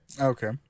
okay